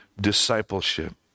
discipleship